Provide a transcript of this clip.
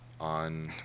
on